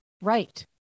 Right